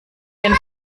den